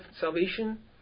salvation